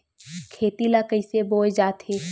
खेती ला कइसे बोय जाथे?